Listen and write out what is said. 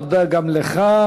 תודה גם לך.